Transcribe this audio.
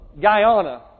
Guyana